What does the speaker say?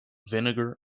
vinegar